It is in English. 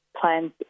plans